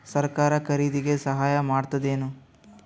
ಸರಕಾರ ಖರೀದಿಗೆ ಸಹಾಯ ಮಾಡ್ತದೇನು?